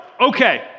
Okay